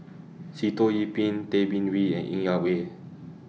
Sitoh Yih Pin Tay Bin Wee and Ng Yak Whee